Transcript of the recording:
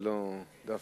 זה לא דווקא,